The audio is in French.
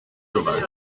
sauvages